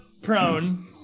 prone